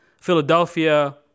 Philadelphia